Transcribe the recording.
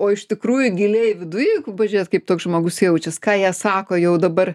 o iš tikrųjų giliai viduj pažiūrėt kaip toks žmogus jaučias ką jie sako jau dabar